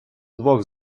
двох